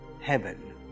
heaven